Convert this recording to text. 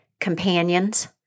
companions